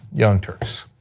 young turks.